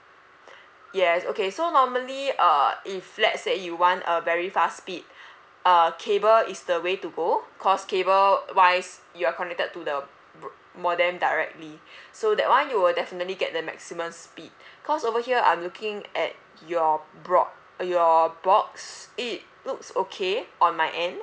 yes okay so normally uh if let's say you want a very fast speed uh cable is the way to go cause cable wise you're connected to the b~ modem directly so that [one] you will definitely get the maximum speed cause over here I'm looking at your broad~ uh your box it looks okay on my end